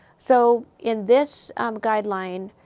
so, in this guideline,